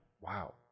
Wow